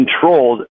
controlled